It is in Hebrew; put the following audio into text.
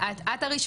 איזה כיף.